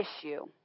issue